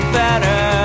better